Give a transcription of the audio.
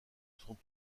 sont